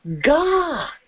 God